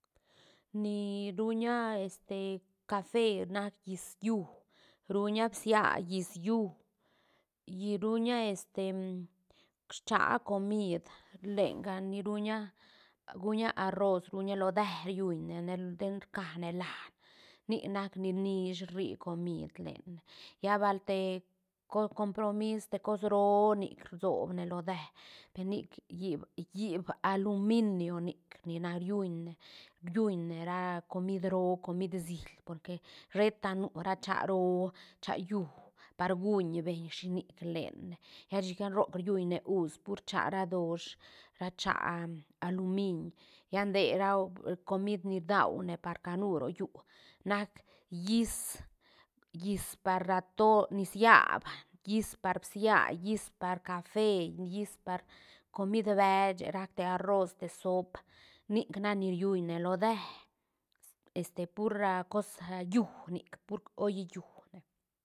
Ni ruña este cafe nac hïs llú ruña bsia hïs llú lli- ruña schaa comid lenga ni ruña guña arroz ruña lo deë riuñ ne- ne den rcane laan nic nac ni nish ri comid lenne lla val te co- co- compromis te cos roo nic rsobne lo deë penic hiip- hiip aluminio nic ni nac riuñne- riuñne ra comid roo comid siil porque sheta nu ra cha roo cha llú par gunbeñ shinic lenne ya chicane roc riuñne us pur cha radosh ra cha alumiñ ya dne ra comid ni rdaune par canu rollú nac hïs- hïs par atol- niciab hïs par bsia hïs par cafe hïs par comid beshë rac te arroz te soop nic nac ni riuñne lo deë este por cos llú nic pur oll llú ne.